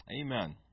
Amen